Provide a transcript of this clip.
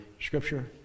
scripture